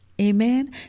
Amen